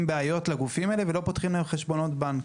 בעיות לגופים האלה ולא פותחים להם חשבונות בנק.